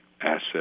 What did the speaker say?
asset